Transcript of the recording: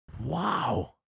Wow